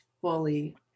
fully